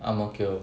ang mo kio